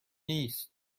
نیست